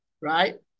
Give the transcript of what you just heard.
right